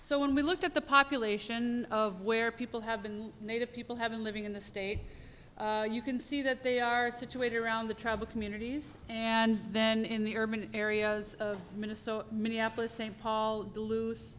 so when we looked at the population of where people have been native people have been living in the state you can see that they are situated around the tribal communities and then in the urban areas of minnesota minneapolis st paul